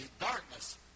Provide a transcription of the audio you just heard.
darkness